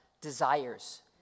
desires